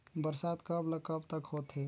बरसात कब ल कब तक होथे?